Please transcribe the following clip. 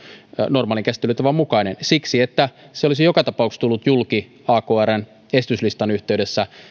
normaalin käsittelytavan mukainen siksi että se olisi joka tapauksessa tullut julki akrn esityslistan yhteydessä